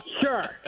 Sure